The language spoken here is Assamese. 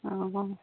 অঁ